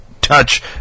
touch